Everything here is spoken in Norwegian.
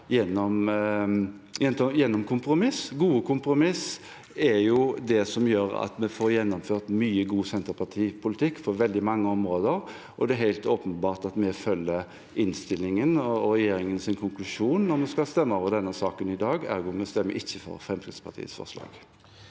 gjennom kompromiss. Gode kompromiss er jo det som gjør at vi får gjennomført mye god Senterparti-politikk på veldig mange områder, og det er helt åpenbart at vi følger innstillingen og regjeringens konklusjon når vi skal stemme over denne saken i dag. Ergo: Vi stemmer ikke for Fremskrittspartiets forslag.